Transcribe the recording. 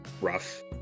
rough